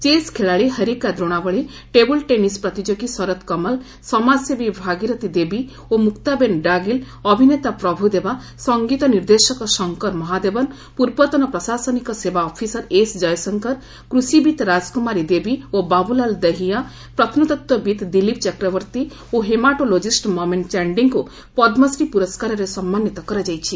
chess ଖେଳାଳି Harika Dronavalli table tennis ପ୍ରତିଯୋଗୀ ଶରତ କମଲ୍ ସମାଜସେବୀ ଭାଗିରତୀ ଦେବୀ ଓ ମୁକ୍ତାବେନ୍ ଡାଗିଲ୍ ଅଭିନେତା ପ୍ରଭୁଦେବା ସଙ୍ଗୀତ ନିର୍ଦ୍ଦେଶକ ଶଙ୍କର ମହାଦେବନ୍ ପୂର୍ବତନ ପ୍ରଶାସନିକ ସେବା ଅଫିସର୍ ଏସ୍ ଜୟଶଙ୍କର କୃଷିବିତ୍ ରାଜକୁମାରୀ ଦେବୀ ଓ ବାବୁଲାଲ୍ ଦହିୟା ପ୍ରତ୍ନତତ୍ତ୍ୱବିତ୍ ଦିଲୀପ୍ ଚକ୍ରବର୍ତ୍ତୀ ଓ ହେମାଟୋଲଜିଷ୍ଟ ମମେନ୍ ଚାଣ୍ଡିଙ୍କୁ ପଦ୍ମଶ୍ରୀ ପୁରସ୍କାରରେ ସମ୍ମାନିତ କରାଯାଇଛି